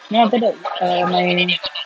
then after that uh my